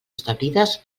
establides